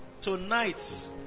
Tonight